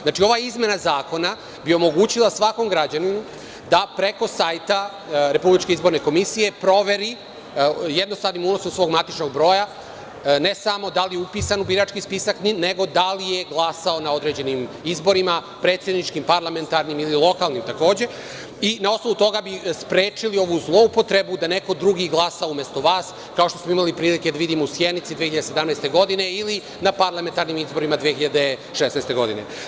Znači, ova izmena zakona bi omogućila svakom građaninu da preko sajta RIK proveri, jednostavnim unosom svog matičnog broja, ne samo da li je upisan u birački spisak, nego da li je glasao na određenim izborima, predsedničkim, parlamentarnim ili lokalnim, takođe i na osnovu toga bi sprečili ovu zloupotrebu da neko drugi glasa umesto vas, kao što smo imali prilike da vidimo u Sjenici 2017. godine ili na parlamentarnim izborima 2016. godine.